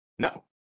No